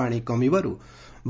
ପାଣି କମିବାର୍ତ